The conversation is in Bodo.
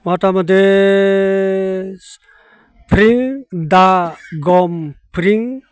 मथामथि